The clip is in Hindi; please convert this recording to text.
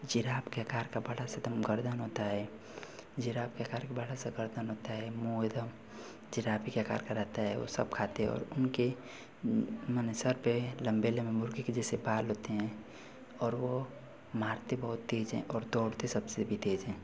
जिराफ़ के आकार का बड़ा सा एक दम गर्दन होता है जिराफ़ के आकार का बड़ा सा गर्दन होता है मुँह एक दम जिराफ़ ही के आकार का रहता है वह सब खाते और उनके माने सर पर लम्बे लम्बे मुर्ग़ी के जैसे बाल होते हैं और वह मारते बहुत तेज़ हैं और दौड़ते सबसे भी तेज़ हैं